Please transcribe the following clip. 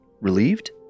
relieved